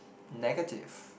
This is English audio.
negative